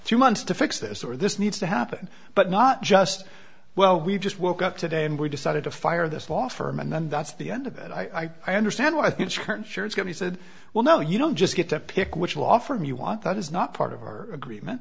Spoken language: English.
months to fix this or this needs to happen but not just well we just woke up today and we decided to fire this law firm and then that's the end of it i i understand what i think turns sure it's going to be said well no you don't just get to pick which law firm you want that is not part of our agreement